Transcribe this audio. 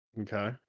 okay